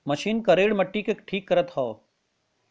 machine करेड़ मट्टी के ठीक करत हौ